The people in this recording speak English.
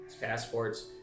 passports